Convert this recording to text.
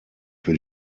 für